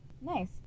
Nice